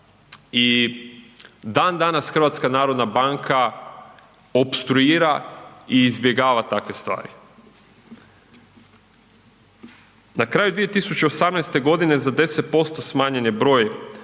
i dan danas HNB opstruira i izbjegava takve stvari. Na kraju 2018. godine za 10% smanjen je broj